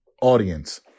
audience